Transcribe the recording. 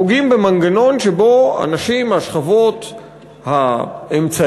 פוגעים במנגנון שבו אנשים מהשכבות האמצעיות,